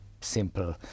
simple